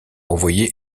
envoyé